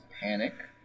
panic